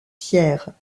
tiers